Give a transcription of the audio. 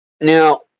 Now